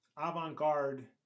avant-garde